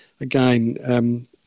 again